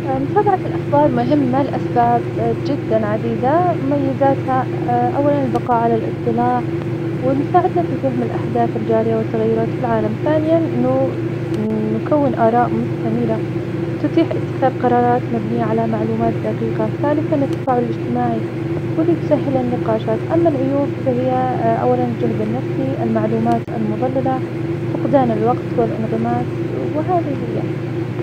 متابعة الأخبار مهمة لأسباب جداً عديدة, مميزاتها, أولاً, البقاء على الإطلاع, ومساعدتنا في فهم الأحداث الجارية, والتغييرات في العالم, ثانياً,, انه نو- نكون آراء مستنيرة, تتيح اتخاذ قرارات مبنية على معلومات دقيقة ثالثاً التفاعل الإجتماعي, واللي تسهل النقاشات, أما العيوب فهي, أولاً, الجهد النفسي, المعلومات المضللة, فقدان الوقت, والإنغماس, وهذه هي.